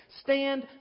Stand